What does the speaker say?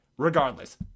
Regardless